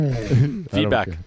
Feedback